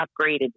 upgraded